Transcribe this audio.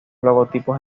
logotipos